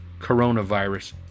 coronavirus